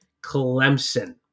Clemson